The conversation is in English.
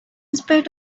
spite